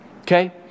okay